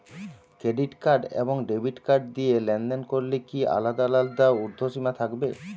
Credit card এবং debit card দিয়ে লেনদেন করলে কি আলাদা আলাদা ঊর্ধ্বসীমা থাকবে?